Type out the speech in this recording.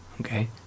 Okay